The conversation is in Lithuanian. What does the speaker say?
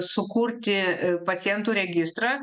sukurti pacientų registrą